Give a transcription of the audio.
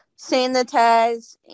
sanitize